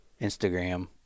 Instagram